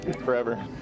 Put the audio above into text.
forever